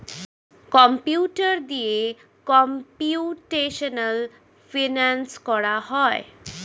computer দিয়ে computational finance করা হয়